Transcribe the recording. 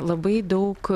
labai daug